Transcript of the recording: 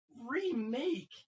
remake